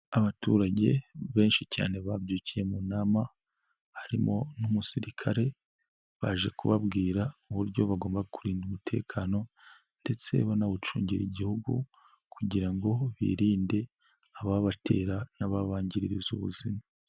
Abaturage benshi cyane babyukiye mu nama harimo n'umusirikare baje kubabwira uburyo bagomba kurinda umutekano, ndetse banawucungira igihugu kugira ngo birinde ababatera n'ababangiriza ubuzima.